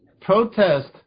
protest